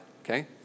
okay